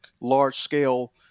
large-scale